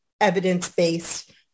evidence-based